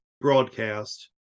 broadcast